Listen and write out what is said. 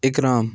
اِقرام